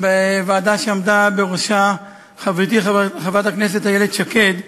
בוועדה שעמדה בראשה חברתי חברת הכנסת איילת שקד,